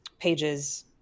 pages